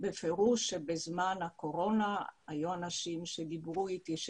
בפירוש שבזמן קורונה היו אנשים שדיברו אתי ואמרו